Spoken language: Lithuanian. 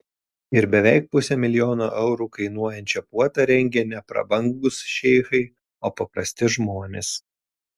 ir beveik pusę milijono eurų kainuojančią puotą rengė ne prabangūs šeichai o paprasti žmonės